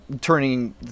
turning